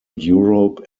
europe